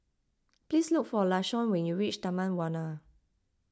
please look for Lashawn when you reach Taman Warna